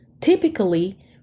Typically